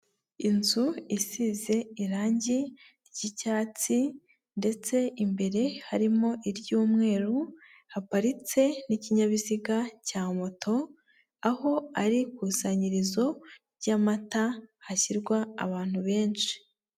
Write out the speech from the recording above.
Inzu isize irangi ry'icyatsi ndetse imbere harimo iry'umweru haparitse n'ikinyabiziga cya moto aho ari ikusanyirizo ry'amata hashyirwa abantu benshi.